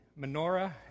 menorah